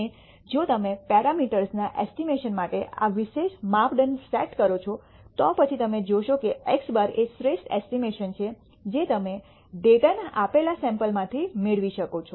અને જો તમે પેરામીટર્સ ના એસ્ટિમેશન માટે આ વિશેષ માપદંડ સેટ કરો છો તો તમે જોશો કે x̅ એ શ્રેષ્ઠ એસ્ટિમેશન છે જે તમે ડેટાના આપેલા સૈમ્પલમાંથી મેળવી શકો છો